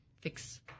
fix